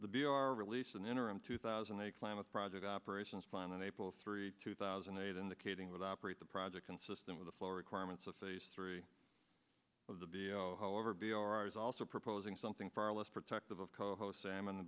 the b o r released an interim two thousand a climate project operations plan in april three two thousand and eight indicating that operate the project consistent with the flow requirements of phase three of the b however b r r is also proposing something far less protective of coho salmon